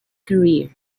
career